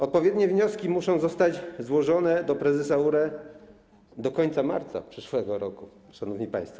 Odpowiednie wnioski muszą zostać złożone do prezesa URE do końca marca przyszłego roku, szanowni państwo.